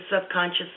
subconscious